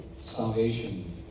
salvation